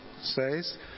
says